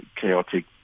chaotic